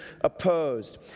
opposed